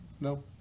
No